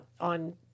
on